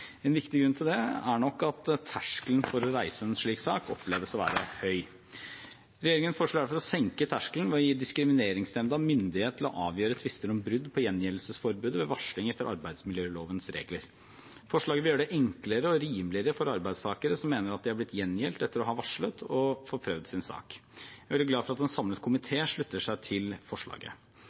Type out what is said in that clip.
En viktig grunn til det er nok at terskelen for å reise en slik sak oppleves å være høy. Regjeringen foreslår derfor å senke terskelen ved å gi Diskrimineringsnemnda myndighet til å avgjøre tvister om brudd på gjengjeldelsesforbudet ved varsling etter arbeidsmiljølovens regler. Forslaget vil gjøre det enklere og rimeligere for arbeidstakere som mener at de har blitt gjengjeldt etter å ha varslet, å få prøvd sin sak. Jeg er veldig glad for at en samlet komité slutter seg til forslaget.